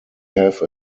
have